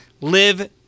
live